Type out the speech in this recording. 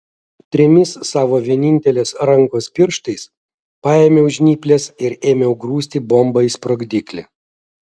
trimis savo vienintelės rankos pirštais paėmiau žnyples ir ėmiau grūsti bombą į sprogdiklį